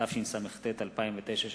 התשס"ט 2009,